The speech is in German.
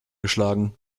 geschlagen